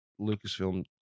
Lucasfilm